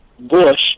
Bush